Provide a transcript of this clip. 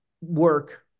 work